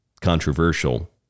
controversial